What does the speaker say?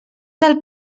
del